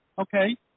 okay